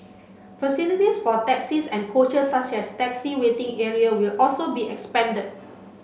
facilities for taxis and coach such as taxi waiting area will also be expanded